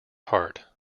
heart